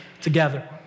together